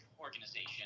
organization